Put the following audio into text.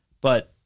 but-